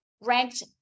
ranked